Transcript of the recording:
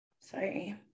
Sorry